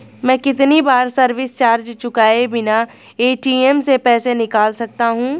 मैं कितनी बार सर्विस चार्ज चुकाए बिना ए.टी.एम से पैसे निकाल सकता हूं?